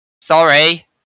Sorry